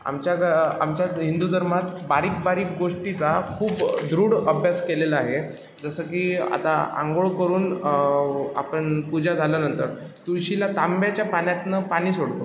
आमच्या ग आमच्या हिंदू धर्मात बारीक बारीक गोष्टीचा खूप दृढ अभ्यास केलेला आहे जसं की आता अंघोळ करून आपण पूजा झाल्यानंतर तुळशीला तांब्याच्या पाण्यातनं पाणी सोडतो